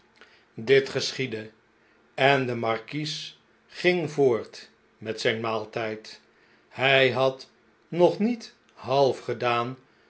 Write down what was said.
dit geschiedde en de markies ging voort met zijn maaltyd hij had nog niet half gedaan